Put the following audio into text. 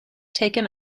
taken